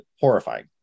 horrifying